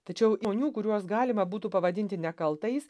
tačiau įmonių kuriuos galima būtų pavadinti nekaltais